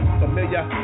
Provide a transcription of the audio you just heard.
familiar